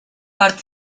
part